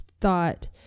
thought